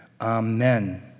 amen